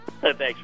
Thanks